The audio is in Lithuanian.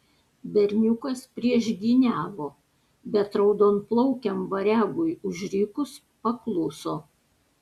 berniukas priešgyniavo bet raudonplaukiam variagui užrikus pakluso